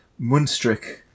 Munstrick